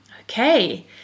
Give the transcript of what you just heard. Okay